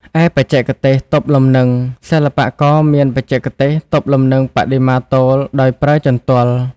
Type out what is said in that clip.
ឯបច្ចេកទេសទប់លំនឹង សិល្បករមានបច្ចេកទេសទប់លំនឹងបដិមាទោលដោយប្រើ ជន្ទល់។